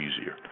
easier